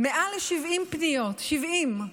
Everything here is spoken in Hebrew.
מעל ל-70 פניות, 70,